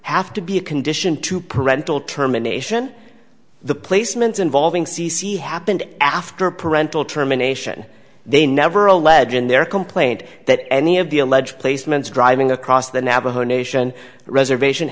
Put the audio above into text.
have to be a condition to parental term a nation the placements involving c c happened after parental terminations they never allege in their complaint that any of the alleged placements driving across the navajo nation reservation